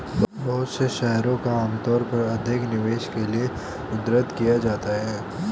बहुत से शेयरों को आमतौर पर अधिक निवेश के लिये उद्धृत किया जाता है